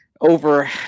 over